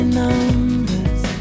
numbers